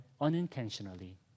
unintentionally